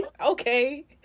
Okay